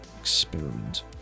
experiment